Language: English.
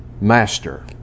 master